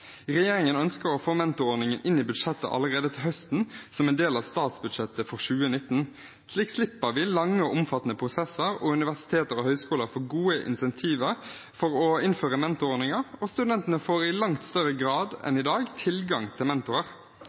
høsten som en del av statsbudsjettet for 2019. Slik slipper vi lange og omfattende prosesser. Universiteter og høyskoler får gode incentiver for å innføre mentorordninger, og studentene får i langt større grad enn i dag tilgang til mentorer.